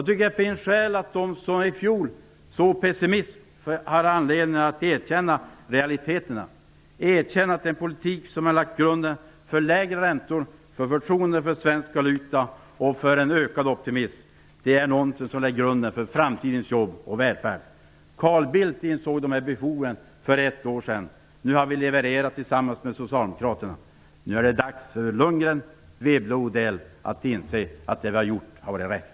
De som i fjol såg på läget med pessimism har nu anledning att erkänna realiteterna, erkänna att den politik som har lagt grunden för lägre räntor, för förtroende för svensk valuta och för en ökad optimism också lägger grunden för framtidens jobb och välfärd. Carl Bildt insåg för ett år sedan behoven. Nu har vi tillsammans med Socialdemokraterna levererat åtgärder. Nu är det dags för Lundgren, Wibble och Odell att inse att det vi har gjort har varit rätt.